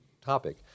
topic